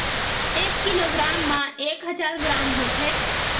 एक किलोग्राम मा एक हजार ग्राम होथे